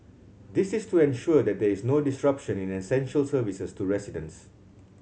this is to ensure that there is no disruption in essential services to residents